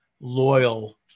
loyal